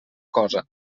cosa